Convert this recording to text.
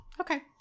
Okay